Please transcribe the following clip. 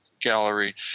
Gallery